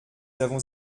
avons